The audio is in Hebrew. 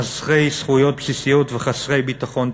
חסרי זכויות בסיסיות וחסרי ביטחון תעסוקתי.